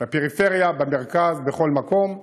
בפריפריה, במרכז, בכל מקום.